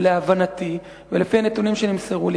ולהבנתי ולפי הנתונים שנמסרו לי,